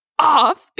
off